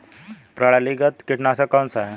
प्रणालीगत कीटनाशक कौन सा है?